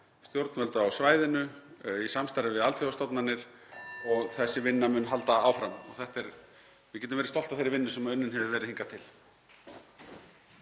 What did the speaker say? stjórnvöld á svæðinu, í samstarfi við alþjóðastofnanir og þessi vinna mun halda áfram. Við getum verið stolt af þeirri vinnu sem unnin hefur verið hingað til.